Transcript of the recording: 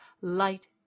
Light